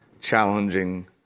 challenging